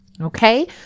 Okay